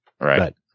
Right